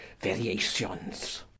variations